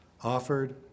Offered